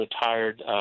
retired